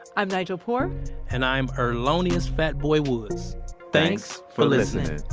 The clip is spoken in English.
i'm nigel poor and i'm earlonious fatboy woods thanks for listening.